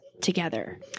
together